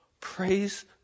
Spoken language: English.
praise